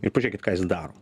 ir pažiūrėkit kas jis daro